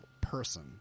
person